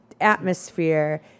Atmosphere